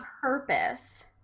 Purpose